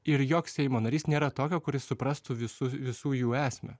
ir joks seimo narys nėra tokio kuris suprastų visų visų jų esmę